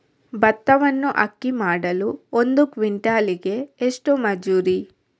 ಭತ್ತವನ್ನು ಅಕ್ಕಿ ಮಾಡಲು ಒಂದು ಕ್ವಿಂಟಾಲಿಗೆ ಎಷ್ಟು ಮಜೂರಿ?